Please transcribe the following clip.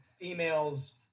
females